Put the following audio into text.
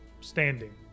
standing